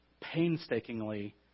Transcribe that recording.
painstakingly